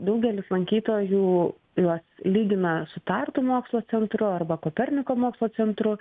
daugelis lankytojų juos lygina su tartu mokslo centru arba koperniko mokslo centru